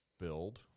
build